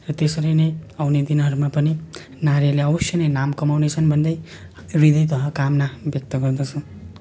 र त्यसरी नै आउने दिनहरूमा पनि नारीहरूले अवश्य नै नाम कमाउने छन् भन्दै हृदयतः कामना व्यक्त गर्दछु